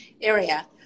area